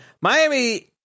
Miami